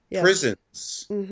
prisons